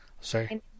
sorry